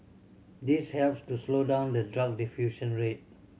this helps to slow down the drug diffusion rate